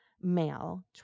male